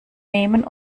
nehmen